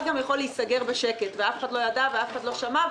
יכול להיסגר גם בשקט ואף אחד לא יודע ואף אחד לא שומע,